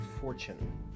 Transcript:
fortune